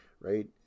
right